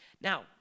Now